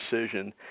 decision